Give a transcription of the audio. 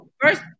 first